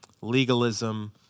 legalism